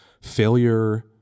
failure